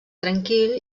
tranquil